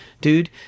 Dude